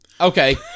Okay